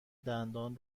دندان